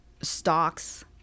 stocks